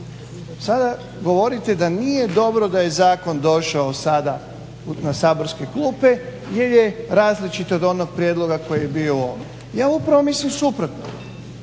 Sada govorite da nije dobro da je zakon došao sada na saborske klupe jer je različit od onog prijedloga koji je bio …. Ja upravo mislim suprotno,